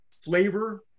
flavor